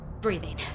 Breathing